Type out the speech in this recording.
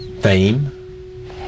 fame